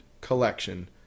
collection